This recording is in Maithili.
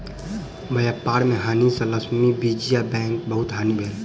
व्यापार में हानि सँ लक्ष्मी विजया बैंकक बहुत हानि भेल